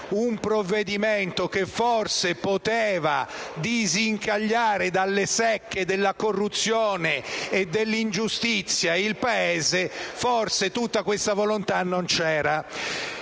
un provvedimento che forse poteva disincagliare dalle secche della corruzione e dell'ingiustizia il Paese, non c'era.